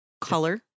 color